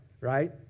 right